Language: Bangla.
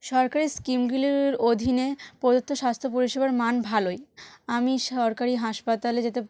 সরকারি স্কিমগুলির অধীনে প্রদত্ত স্বাস্থ্য পরিষেবার মান ভালোই আমি সরকারি হাসপাতালে যেতে